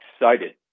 excited